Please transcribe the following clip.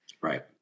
Right